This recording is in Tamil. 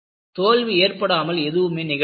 தோல்வி ஏற்படாமல் எதுவும் நிகழாது